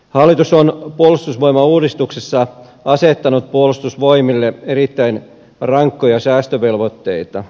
hallitus on puolustusvoimauudistuksessa asettanut puolustusvoimille erittäin rankkoja säästövelvoitteita